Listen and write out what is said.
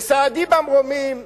וסהדי במרומים,